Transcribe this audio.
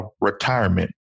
retirement